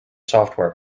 software